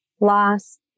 loss